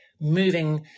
moving